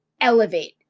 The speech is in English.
elevate